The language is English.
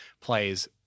plays